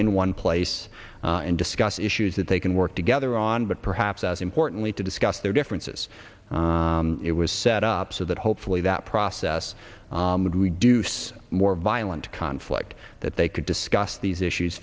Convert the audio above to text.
in one place and discuss issues that they can work together on but perhaps as importantly to discuss their differences it was set up so that hopefully that process would reduce more violent conflict that they could discuss these issues